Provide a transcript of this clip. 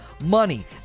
money